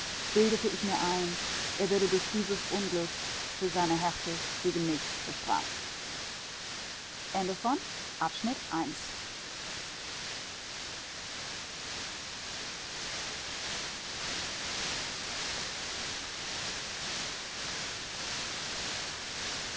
bildete ich mir ein er werde durch dieses unglück für seine härte gegen mich bestraft